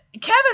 Kevin